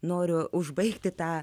noriu užbaigti tą